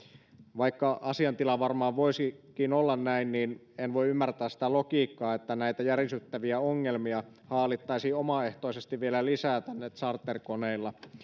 vaikka asiantila varmaan voisikin olla näin niin en voi ymmärtää sitä logiikkaa että näitä järisyttäviä ongelmia haalittaisiin omaehtoisesti vielä lisää tänne charterkoneilla